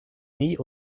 nie